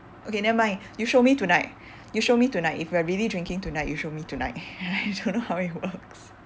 okay nevermind you show me tonight you show me tonight if we are really drinking tonight you show me tonight I don't know how it works